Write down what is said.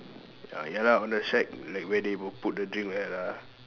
ya ya lah on the shack like where they will put the drink like that lah